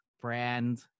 brand